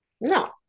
no